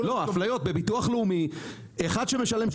בביטוח לאומי למשל.